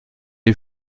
est